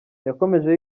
yakomeje